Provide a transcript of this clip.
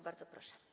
Bardzo proszę.